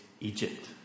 Egypt